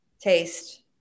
taste